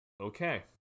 Okay